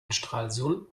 stralsund